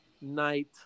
night